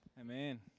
Amen